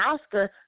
Oscar